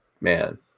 man